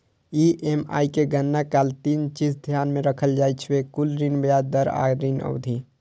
EMI के गणना काल तीन चीज ध्यान मे राखल जाइ छै, कुल ऋण, ब्याज दर आ ऋण अवधि